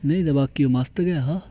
नेईं ते बाकी ओह् मस्त गै हा